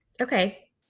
okay